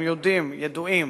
אם ידועים